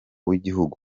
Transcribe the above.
w’igihugu